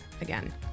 again